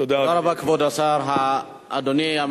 תודה, אדוני.